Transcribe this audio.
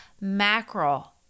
mackerel